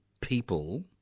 people